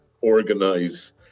organize